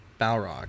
Balrog